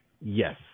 Yes